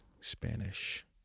Spanish